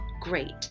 Great